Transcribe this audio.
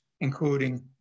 including